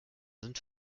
sind